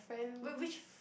wait which f~